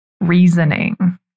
reasoning